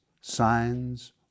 signs